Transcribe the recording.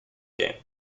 game